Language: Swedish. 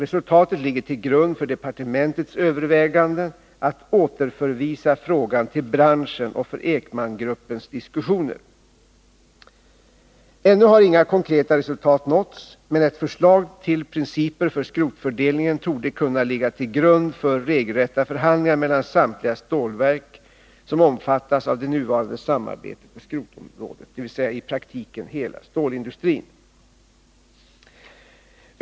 Resultatet ligger till grund för departementets övervägande att återförvisa frågan till branschen och för Ekmangruppens diskussioner. Ännu har inga konkreta resultat nåtts, men ett förslag till principer för skrotfördelningen torde kunna ligga till grund för regelrätta förhandlingar mellan samtliga stålverk som omfattas av det nuvarande samarbetet på skrotområdet, dvs. i praktiken hela stålindustrin.